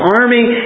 army